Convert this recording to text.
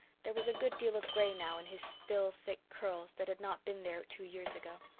there was a good deal of grey now in his still thick curls that had not been there two years ago.